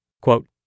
Quote